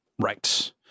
Right